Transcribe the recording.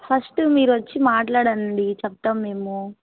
first మీరొచ్చి మాట్లాడండి చెప్తాము మేము